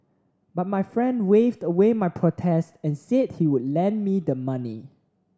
but my friend waved away my protests and said he would lend me the money